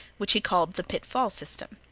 which he called the pitfall system.